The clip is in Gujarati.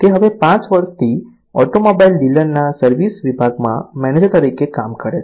તે હવે 5 વર્ષથી ઓટોમોબાઇલ ડીલરના સર્વિસ વિભાગમાં મેનેજર તરીકે કામ કરે છે